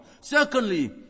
Secondly